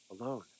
alone